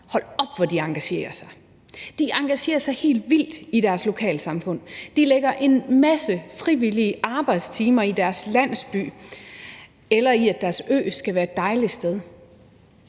Hold op, hvor de engagerer sig. De engagerer sig helt vildt i deres lokalsamfund. De lægger en masse frivillige arbejdstimer i deres landsby eller i, at deres ø skal være et dejligt sted.